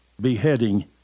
beheading